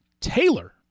Taylor